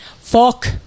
Fuck